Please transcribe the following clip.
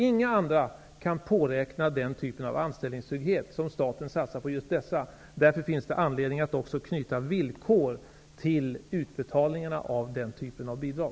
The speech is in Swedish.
Inga andra kan påräkna den typ av anställningstrygghet som staten satsar på att ge just dessa. Därför finns det anledning att också knyta villkor till denna typ av bidrag.